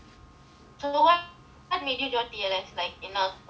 so what made you join T_L_S like in now like year one